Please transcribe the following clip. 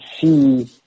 see